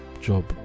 job